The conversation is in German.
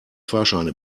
fahrscheine